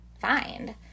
find